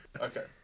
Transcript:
Okay